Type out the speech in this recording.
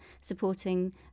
supporting